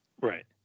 Right